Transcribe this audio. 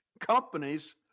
companies